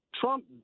Trump